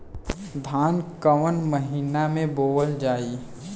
धान कवन महिना में बोवल जाई?